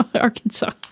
Arkansas